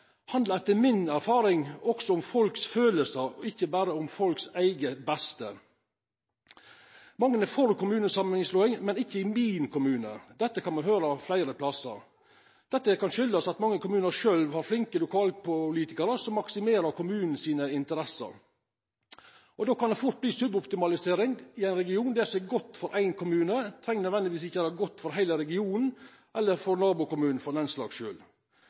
ikkje berre om folks eige beste. Mange er for kommunesamanslåing, men ikkje i sin kommune. Dette kan me høyra fleire plassar. Dette kan skuldast at mange kommunar har flinke lokalpolitikarar som maksimerer interessene til kommunen. Då kan det fort verta suboptimalisering i ein region. Det som er godt for éin kommune, treng ikkje nødvendigvis å vera godt for heile regionen, eller for nabokommunen, for den